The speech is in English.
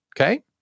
Okay